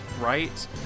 right